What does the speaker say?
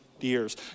years